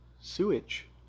sewage